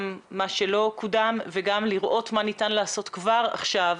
גם מה שלא קודם וגם לראות מה ניתן לעשות כבר עכשיו